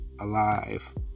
alive